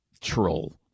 troll